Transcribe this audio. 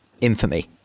infamy